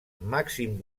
màxim